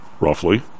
roughly